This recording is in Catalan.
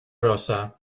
rosa